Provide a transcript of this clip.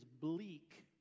bleak